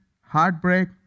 heartbreak